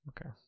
Okay